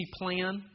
plan